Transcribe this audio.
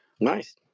Nice